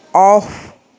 off